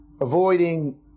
avoiding